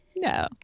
No